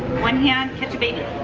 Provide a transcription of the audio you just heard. one hand catch a baby.